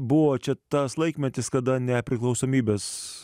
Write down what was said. buvo čia tas laikmetis kada nepriklausomybės